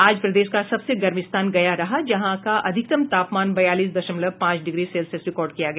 आज प्रदेश का सबसे गर्म स्थान गया रहा जहाँ का अधिकतम तापमान बयालीस दशमलव पांच डिग्री सेल्सियस रिकॉर्ड किया गया